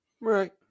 Right